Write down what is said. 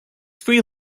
free